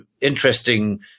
interesting